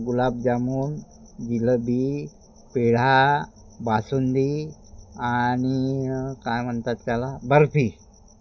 गुलाबजामून जिलेबी पेढा बासुंदी आणि काय म्हणतात त्याला बर्फी